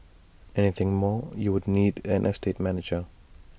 anything more you'd need an estate manager